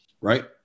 right